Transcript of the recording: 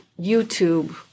YouTube